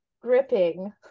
gripping